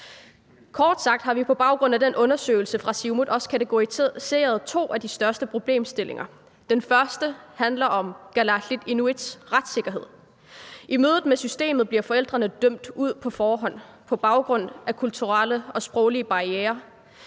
Kort sagt har vi på baggrund af den undersøgelse fra Siumut kategoriseret to af de største problemstillinger. Den første handler om kalaallits/inuits retssikkerhed. I mødet med systemet bliver forældrene dømt ude på forhånd på baggrund af kulturelle og sproglige barrierer.